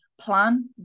plan